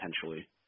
potentially